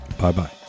Bye-bye